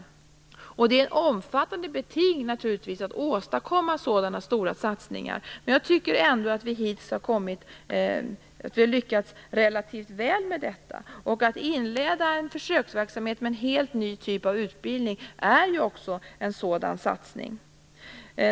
Naturligtvis är det ett omfattande beting att åstadkomma så stora satsningar, men jag tycker att vi hittills har lyckats relativt väl med detta. Att inleda en försöksverksamhet med en helt ny typ av utbildning är också en sådan satsning.